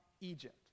Egypt